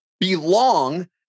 belong